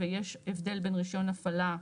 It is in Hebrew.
ויש הבדל בין רישיון הפעלה.